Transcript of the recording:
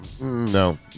no